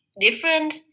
different